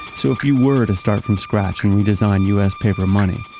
so if you were to start from scratch, and redesign u s. paper money,